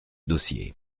dossier